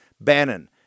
Bannon